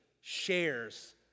shares